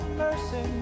mercy